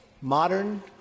modern